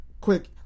quick